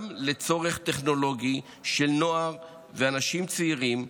גם לצורך טכנולוגי של נוער ואנשים צעירים,